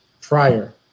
prior